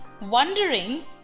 Wondering